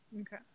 Okay